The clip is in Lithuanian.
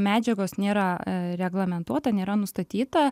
medžiagos nėra reglamentuota nėra nustatyta